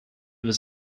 was